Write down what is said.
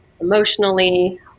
emotionally